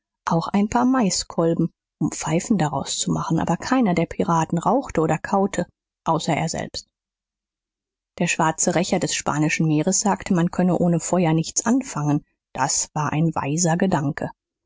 auch ein paar maiskolben um pfeifen daraus zu machen aber keiner der piraten rauchte oder kaute außer er selbst der schwarze rächer des spanischen meeres sagte man könne ohne feuer nichts anfangen das war ein weiser gedanke